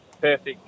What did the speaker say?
perfect